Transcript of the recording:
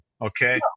Okay